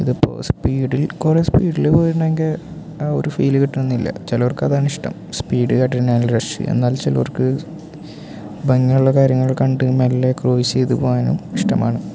ഇത് ഇപ്പോൾ സ്പീഡിൽ കുറേ സ്പീഡിൽ പോയിട്ടുണ്ടെങ്കിൽ ഒരു ഫീല് കിട്ടണം എന്നില്ല ചിലവർക്ക് അതാണ് ഇഷ്ടം സ്പീഡ് കാട്ടിനാ റെഷ് എന്നാൽ ചിലവർക്ക് ഭംഗിയുള്ള കാര്യങ്ങൾ കണ്ട് കഴിഞ്ഞാൽ മെല്ലെ ക്രൂസ്സ് ചെയ്ത് പോവാനും ഇഷ്ടമാണ്